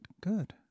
good